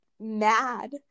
mad